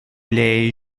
les